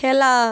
খেলা